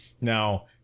now